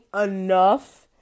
enough